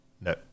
No